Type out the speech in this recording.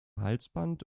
halsband